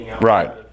Right